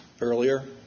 earlier